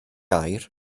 air